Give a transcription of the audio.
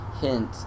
Hint